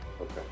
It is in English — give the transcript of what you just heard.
Okay